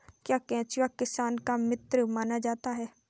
क्या केंचुआ किसानों का मित्र माना जाता है?